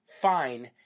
fine